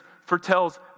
foretells